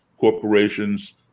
corporations